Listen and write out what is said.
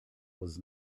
was